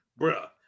bruh